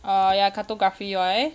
orh ya cartography why